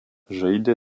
žaidė